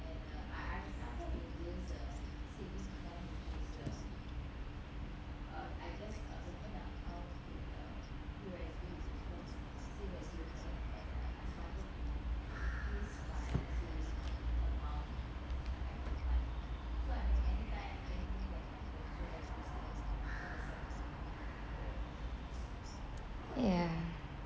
ya